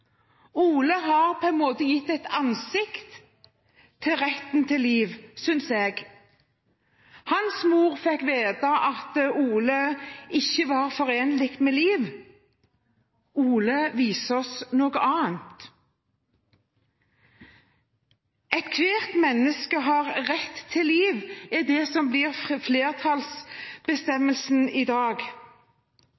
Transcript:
Ole og hans familie. Ole har på en måte gitt et ansikt til retten til liv, synes jeg. Hans mor fikk vite at Ole ikke var forenlig med liv. Ole viser oss noe annet. «Ethvert menneske har rett til liv», er det som blir